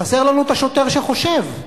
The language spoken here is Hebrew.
חסר לנו השוטר שחושב.